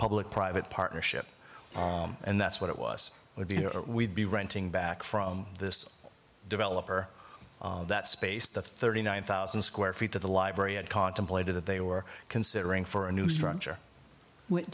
public private partnership and that's what it was would be or we'd be renting back from this developer that space the thirty nine thousand square feet that the library had contemplated that they were considering for a new structure